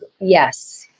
yes